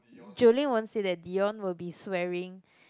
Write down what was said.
Jolene won't say that Dion will be swearing